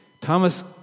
Thomas